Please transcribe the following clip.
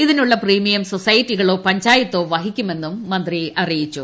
ഇതിനുള്ള പ്രീമിയം സൊസൈറ്റികളൊ പഞ്ചായത്തൊ വഹിക്കുമെന്നും മന്ത്രി അറിയിച്ചു